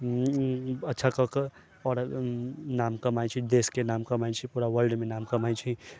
अच्छा कऽके आओर नाम कमाइ छै देशके नाम कमाइ छै पूरा वर्ल्डमे नाम कमाइ छै